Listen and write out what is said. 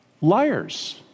liars